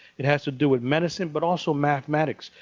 it has to do with medicine but also mathematics.